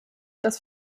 das